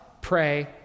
pray